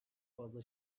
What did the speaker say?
fazla